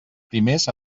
primers